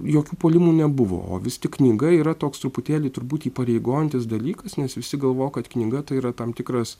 jokių puolimų nebuvo o vis tik knyga yra toks truputėlį turbūt įpareigojantis dalykas nes visi galvojo kad knyga tai yra tam tikras